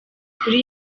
kuri